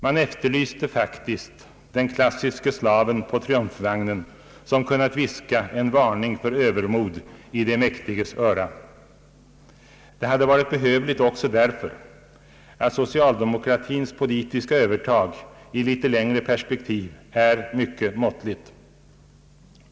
Man efterlyste faktiskt den klassiska slaven på triumfvagnen som kunnat viska en varning för övermod i de mäktiges öra. Det hade varit behövligt också därför att socialdemokratins politiska övertag i litet längre perspektiv är mycket måttligt.